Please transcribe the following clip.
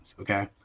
okay